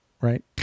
right